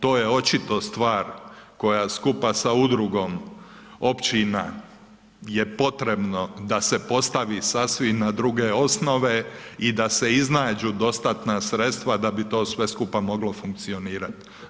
To je očito stvar koja skupa sa udrugom općina je potrebno da se postavi sasvim na druge osnove i da se iznađu dostatna sredstva da bi to sve skupa moglo funkcionirati.